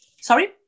Sorry